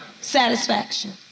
satisfaction